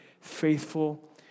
faithful